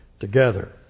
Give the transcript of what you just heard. together